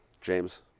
James